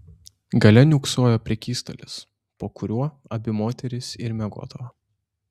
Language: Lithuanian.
gale niūksojo prekystalis po kuriuo abi moterys ir miegodavo